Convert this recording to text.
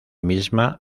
misma